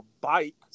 bike